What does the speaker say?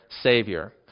savior